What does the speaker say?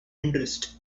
interest